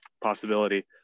possibility